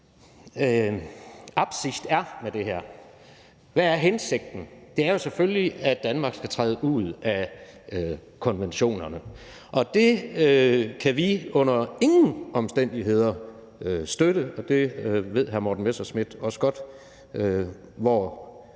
Absicht med det her er. Hvad er hensigten? Det er jo selvfølgelig, at Danmark skal træde ud af konventionerne. Det kan vi under ingen omstændigheder støtte, og det ved hr. Morten Messerschmidt også godt,